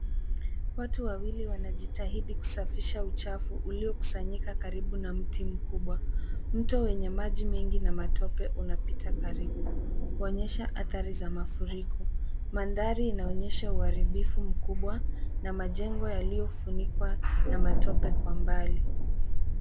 Watu wawili wanajitahidi kusafisha uchafu uliokusanyika karibu na mti mkubwa. Mto wenye maji mengi na matope unapita karibu kuonyesha athari za mafuriko. Mandhari inaonyesha uharibifu mkubwa na majengo yaliyofunikwa na matope kwa mbali.